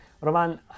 Roman